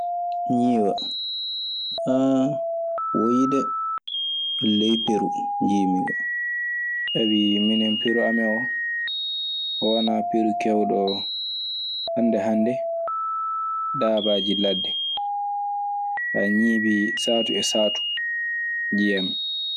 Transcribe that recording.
Ñiiwa aa ɓooyii de ɗun ley peru njiymi ba. tawii minem peru amen oo wanaa peru kewɗo hannde hannde daabaaji ladde. ñiibi saatu e saatu njiyammi ɗum.